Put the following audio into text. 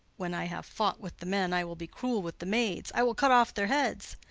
when i have fought with the men, i will be cruel with the maids i will cut off their heads.